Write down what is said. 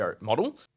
model